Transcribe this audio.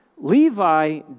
Levi